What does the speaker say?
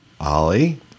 Ollie